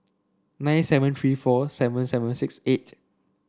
nine seven three four seven seven six eight